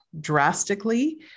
drastically